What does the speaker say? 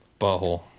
Butthole